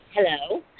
Hello